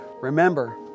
Remember